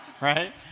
right